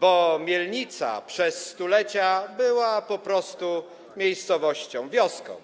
Bo Mielnica przez stulecia była po prostu miejscowością, wioską,